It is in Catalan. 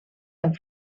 amb